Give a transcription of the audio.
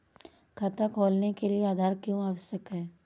खाता खोलने के लिए आधार क्यो आवश्यक है?